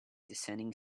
descending